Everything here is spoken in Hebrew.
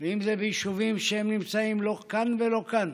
ואם זה ביישובים שנמצאים לא כאן ולא כאן,